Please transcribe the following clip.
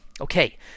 Okay